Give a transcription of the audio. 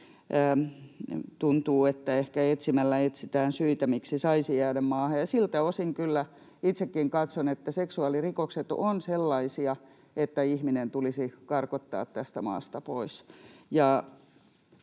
tuntuu, että meillä ehkä etsimällä etsitään syitä, miksi saisi jäädä maahan. Siltä osin kyllä itsekin katson, että seksuaalirikokset ovat sellaisia, että ihminen tulisi karkottaa tästä maasta pois.